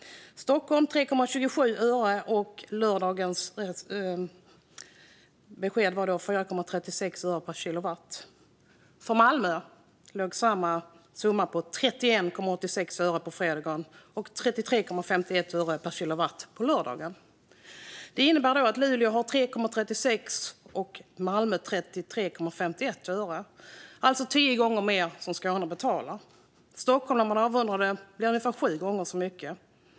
I Stockholm var de 3,27 och på lördagen 4,36 öre per kilowattimme. I Malmö var samma pris 31,86 öre på fredagen och 33,51 öre per kilowattimme på lördagen. Det innebär att Luleå har priser på 3,36 öre och att Malmö har priser på 33,51 öre. I Skåne betalar man alltså tio gånger mer. Om vi avrundar betalar man ungefär sju gånger mer än i Stockholm.